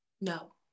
no